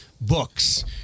books